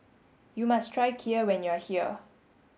you must try Kheer when you are here